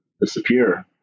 disappear